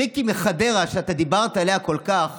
ריקי מחדרה שאתה דיברת עליה כל כך